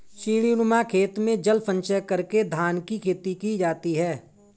सीढ़ीनुमा खेत में जल संचय करके धान की खेती की जाती है